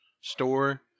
store